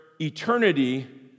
eternity